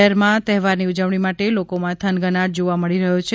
શહેરમાં તહેવારની ઉજવણી માટે લોકોમાં થનગનાટ જોવા મળી રહ્યો છે